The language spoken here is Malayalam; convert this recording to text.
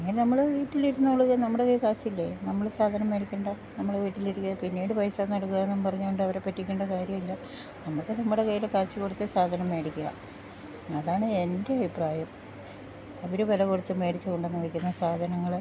അങ്ങനെ നമ്മള് വീട്ടിലിര്ന്നോള്ക നമ്മടെ കയ്യി കാശില്ലേ നമ്മള് സാധനം മേടിക്കണ്ട നമ്മള് വീട്ടിലിരിക്ക പിന്നീട് പൈസ നൽകാന്നും പറഞ്ഞോണ്ടവര പറ്റിക്കണ്ട കാര്യ ഇല്ല നമക്ക് നമ്മടെ കയ്യിലെ കാശ് കൊട്ത്ത് സാധനം മേടിക്ക്ക അതാണ് എൻ്റെ അയിപ്രായം അവര് വെല കൊട്ത്ത് മേടിച്ച് കൊണ്ടന്ന് വെക്ക്ന്ന സാധനങ്ങള്